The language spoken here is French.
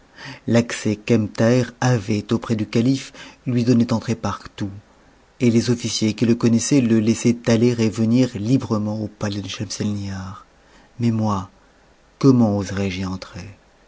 l'accès qu'ebn thaher avait auprès du calife lui donnait entrée partout et les officiers qui le connaissaient le laissaient amer et venir librement au palais de schemselnihar mais moi comment oserais-je y entrer